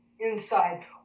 inside